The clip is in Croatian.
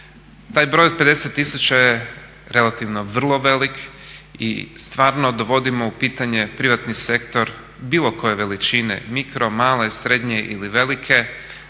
Taj broj od 50 tisuća je relativno vrlo velik i stvarno dovodimo u pitanje privatni sektor bilo koje veličine mikro, male, srednje ili velike